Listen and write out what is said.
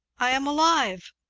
i am alive.